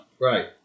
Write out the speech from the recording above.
Right